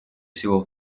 всего